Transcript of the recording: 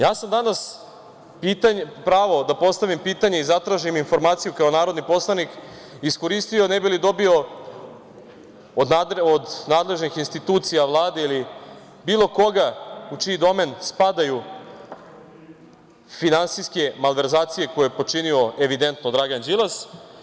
Danas sam pravo da postavim pitanje i zatražim informaciju kao narodni poslanik iskoristio ne bih li dobio od nadležnih institucija, Vlade ili bilo koga u čiji domen spadaju finansijske malverzacije koje je počinio, evidentno, Dragan Đilas.